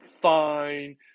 fine